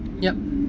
yup